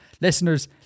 Listeners